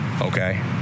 okay